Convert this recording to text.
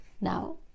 now